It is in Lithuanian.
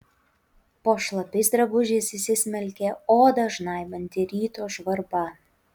po šlapiais drabužiais įsismelkė odą žnaibanti ryto žvarba